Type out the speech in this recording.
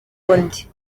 ubundi